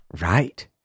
Right